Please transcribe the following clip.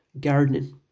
gardening